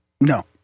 No